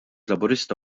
laburista